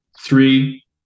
Three